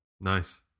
Nice